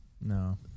no